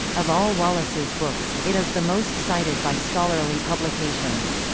of all wallace's books, it is the most cited by scholarly publications.